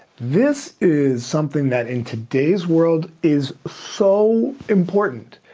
this is something that in today's world is so important.